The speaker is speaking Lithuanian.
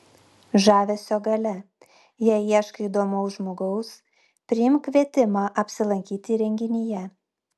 žavesio galia jei ieškai įdomaus žmogaus priimk kvietimą apsilankyti renginyje